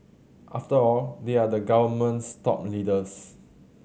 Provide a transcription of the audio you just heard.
after all they are the government's top leaders